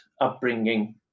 upbringing